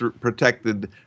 protected